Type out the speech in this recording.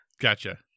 Gotcha